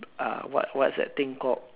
uh what's what's that thing called